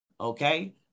Okay